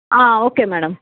okay madam